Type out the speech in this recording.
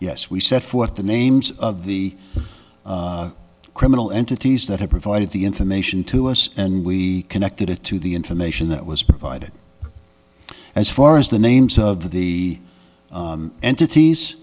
yes we set forth the names of the criminal entities that had provided the information to us and we connected it to the information that was provided as far as the names of the entities